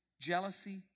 jealousy